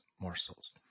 Morsels